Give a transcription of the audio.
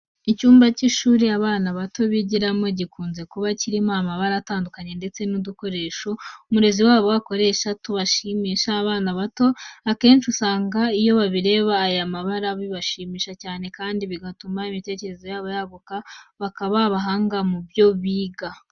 Icyumba cy'ishuri abana bato bigiramo gikunze kuba kirimo amabara atandukanye, ndetse n'udukoresho umurezi wabo akoresha tubashimisha. Abana bato akenshi usanga iyo bareba aya mabara bibashimisha cyane, kandi bigatuma imitekerereze yabo yaguka bakaba abahanga mu byo biga.